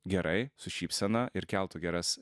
gerai su šypsena ir keltų geras